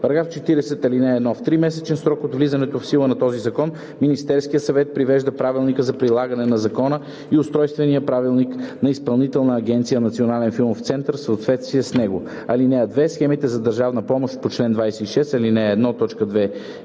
става § 40: „§ 40. (1) В тримесечен срок от влизането в сила на този закон Министерският съвет привежда правилника за прилагане на закона и устройствения правилник на Изпълнителна агенция „Национален филмов център“ в съответствие с него. (2) Схемите за държавна помощ по чл. 26, ал. 1,